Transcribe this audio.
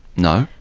no,